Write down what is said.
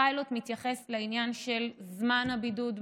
הפיילוט מתייחס לעניין של זמן הבידוד,